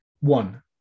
one